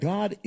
God